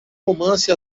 romance